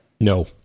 No